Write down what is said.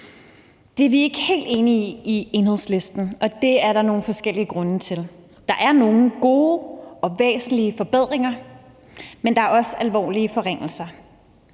Det er vi ikke helt enige i i Enhedslisten, og det er der nogle forskellige grunde til. Der er nogle gode og væsentlige forbedringer, men der er også alvorlige forringelser.